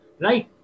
Right